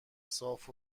صاف